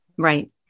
Right